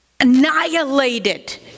Annihilated